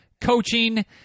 coaching